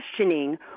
questioning